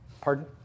Pardon